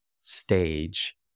stage